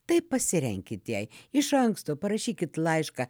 tai pasirenkit jai iš anksto parašykit laišką